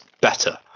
better